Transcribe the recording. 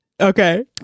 Okay